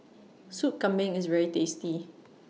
Soup Kambing IS very tasty